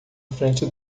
frente